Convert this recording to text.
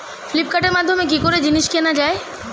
ফ্লিপকার্টের মাধ্যমে কি করে জিনিস কেনা যায়?